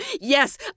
Yes